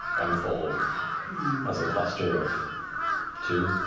unfold as a cluster of two,